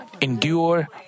endure